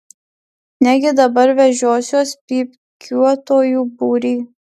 negi dabar vežiosiuos pypkiuotojų būrį